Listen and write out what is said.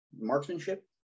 marksmanship